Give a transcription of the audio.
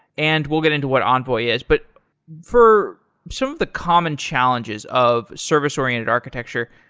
and we'll get into what envoy ah is. but for some of the common challenges of service-oriented architecture,